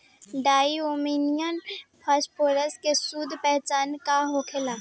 डाई ammonium phosphate के शुद्ध पहचान का होखे?